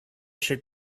should